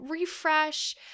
refresh